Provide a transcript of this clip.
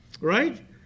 right